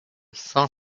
sans